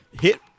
Hit